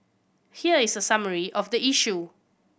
here is a summary of the issue